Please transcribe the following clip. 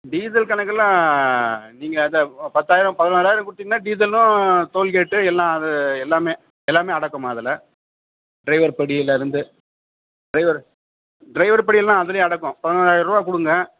diesel கணக்கெல்லாம் நீங்கள் தான் பத்தாயிரம் பதினோறாயிரம் கொடுத்தீங்னா டீசலும் டோல்கேட்டு எல்லாம் அது எல்லாமே எல்லாமே அடக்கம்மா அதில் ட்ரைவர் படியிலேருந்து ட்ரைவர் ட்ரைவர் படியெல்லாம் அதில் அடக்கம் பதினோறாயருபா கொடுங்க